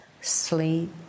sleep